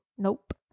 nope